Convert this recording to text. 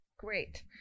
Great